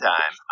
Time